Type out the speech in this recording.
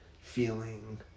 feeling